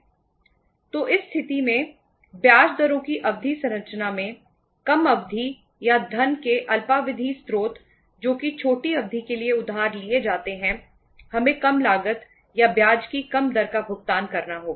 तो इस स्थिति में ब्याज दरों की अवधि संरचना में कम अवधि या धन के अल्पावधि स्रोत जो कि छोटी अवधि के लिए उधार लिए जाते हैं हमें कम लागत या ब्याज की कम दर का भुगतान करना होगा